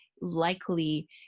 likely